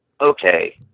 okay